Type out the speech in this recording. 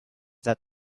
that